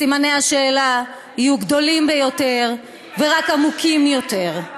סימני השאלה יהיו גדולים יותר ורק עמוקים יותר.